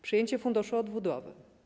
Przyjęcie Funduszu Odbudowy.